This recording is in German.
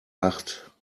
acht